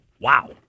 wow